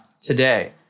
today